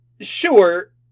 Sure